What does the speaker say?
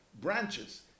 branches